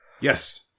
Yes